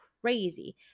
crazy